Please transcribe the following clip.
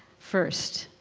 first.